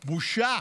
בושה.